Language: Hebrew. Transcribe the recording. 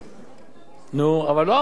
נו, אבל לא אמרת שהוא בסדר גמור.